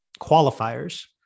qualifiers